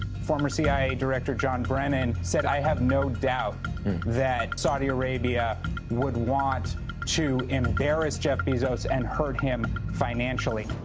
former c i a. director john brennan said, i have no doubt that saudi arabia would want to embarrass jeff bezos and hurt him financially.